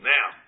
Now